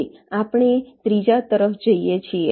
હવે આપણે ત્રીજા તરફ જઈએ છીએ